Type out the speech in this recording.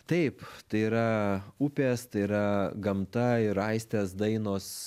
taip tai yra upės tai yra gamta ir aistės dainos